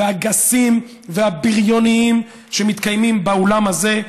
הגסים והבריוניים שמתקיימים באולם הזה,